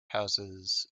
houses